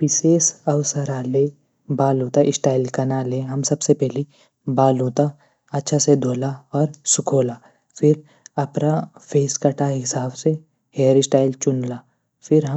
विशेष अवसर ले बालों तै स्टाइल कनाले सबसे पैली बालों तै अच्छा से धोला। फिर सुखोला फिर फेसकटा हिसाब से हेयर स्टाइल चुनला। फिर